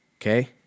Okay